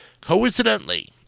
Coincidentally